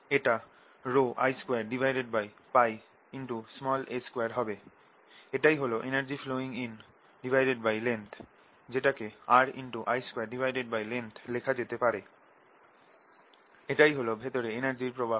এটা I2a2 হবে এটাই হল energy flowing inlength যেটাকে RI2length লেখা যেতে পারে এটাই হল ভেতরে এনার্জির প্রবাহ